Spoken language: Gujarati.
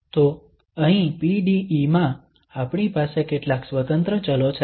તો અહીં PDE માં આપણી પાસે કેટલાક સ્વતંત્ર ચલો છે